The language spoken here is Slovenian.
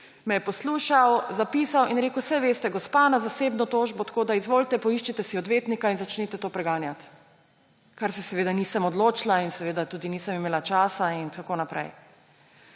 me je poslušal, zapisal in rekel, saj veste, gospa, na zasebno tožbo, tako da izvolite, poiščite si odvetnika in začnite to preganjati. Za kar se seveda nisem odločila, tudi nisem imela časa in tako naprej.